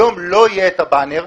היום לא יהיה הבאנר,